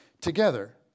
together